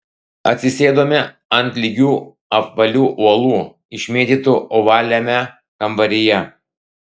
atsisėdome ant lygių apvalių uolų išmėtytų ovaliame kambaryje